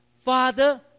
Father